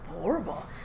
horrible